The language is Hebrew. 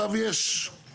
עכשיו יש תוספת,